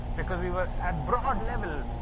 because we were, at broad level,